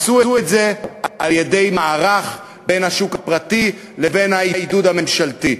עשו את זה על-ידי מערך בין השוק הפרטי לבין העידוד הממשלתי,